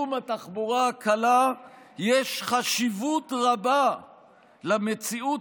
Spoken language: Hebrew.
לקידום התחבורה הקלה יש חשיבות רבה למציאות